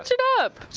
it up!